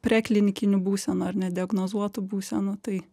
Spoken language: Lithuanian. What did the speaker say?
prie klinikinių būsenų ar nediagnozuotų būsenų tai